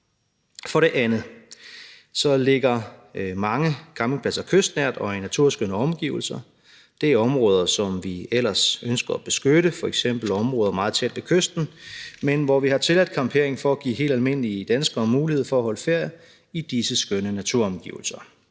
For det andet ligger mange campingpladser kystnært og i naturskønne omgivelser. Det er områder, som vi ellers ønsker at beskytte, f.eks. områder meget tæt på kysten, men hvor vi har tilladt campering for at give helt almindelige danskere mulighed for at holde ferie i disse skønne naturomgivelser.